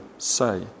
Say